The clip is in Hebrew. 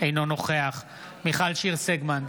אינו נוכח מיכל שיר סגמן,